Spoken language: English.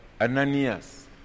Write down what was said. Ananias